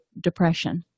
depression